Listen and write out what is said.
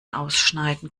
ausschneiden